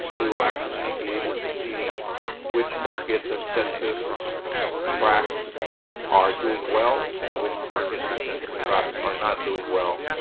we will actually be able to see which markets and census tracks are doing well and which markets and census tracks are not doing well.